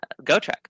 Gotrek